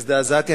הזדעזעתי,